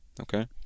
Okay